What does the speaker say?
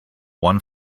one